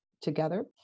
together